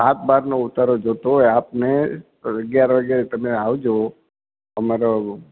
હાંતબારનો ઉતારો જો તો હોય આપને તો અગિયાર વાગ્યે તમે આવજો અમારો